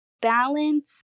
Balance